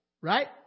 right